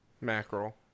Mackerel